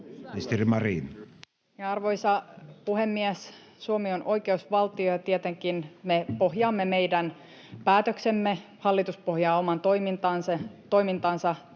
Arvoisa puhemies! Suomi on oikeusvaltio, ja me pohjaamme meidän päätöksemme ja hallitus pohjaa oman toimintansa tietenkin